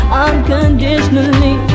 unconditionally